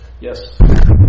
yes